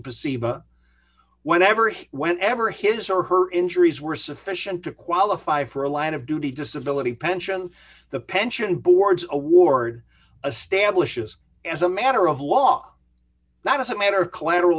perceived whenever he whenever his or her injuries were sufficient to qualify for a line of duty disability pension the pension board's award a stablish is as a matter of law not as a matter of collateral